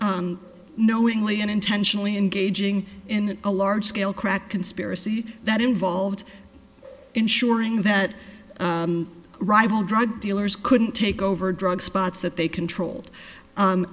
knowingly and intentionally engaging in a large scale crack conspiracy that involved ensuring that rival drug dealers couldn't take over drug spots that they control